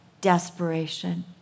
desperation